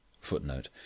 Footnote